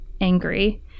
angry